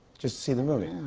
just see the movie?